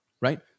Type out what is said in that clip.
right